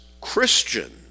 Christian